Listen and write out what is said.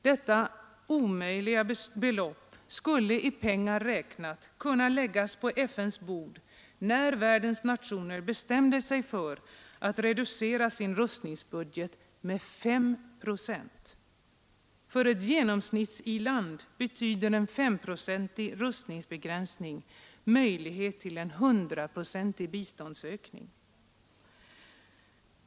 Detta ”omöjliga” belopp skulle i pengar räknat kunna läggas på FN:s bord när världens nationer bestämde sig för att reducera sin rustningsbudget med S procent. För ett genomsnittligt i-land betyder en femprocentig rustningsbegränsning möjlighet till en 100-procentig biståndsökning!